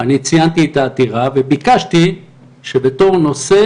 אני ציינתי את העתירה וביקשתי שבתור נושא